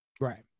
Right